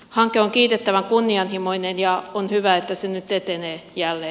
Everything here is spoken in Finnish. hanke on kiitettävän kunnianhimoinen ja on hyvä että se nyt etenee jälleen